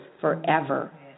forever